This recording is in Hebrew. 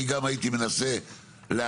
אני גם הייתי מנסה להעצים.